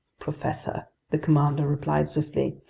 professor, the commander replied swiftly,